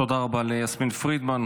תודה רבה ליסמין פרידמן.